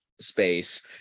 space